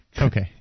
Okay